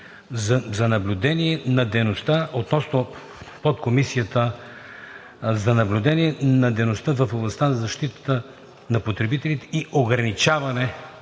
„за наблюдение на дейността относно подкомисията за наблюдение на дейността в областта на защитата на потребителите и ограничаване